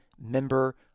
member